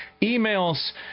emails